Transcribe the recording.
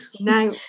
No